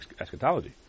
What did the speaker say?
eschatology